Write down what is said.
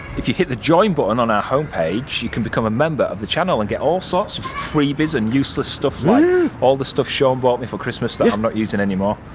if you hit the join button on our homepage, you can become a member of the channel and get all sorts of freebies and useless stuff like all the stuff shaun bought me for christmas that i'm not using anymore.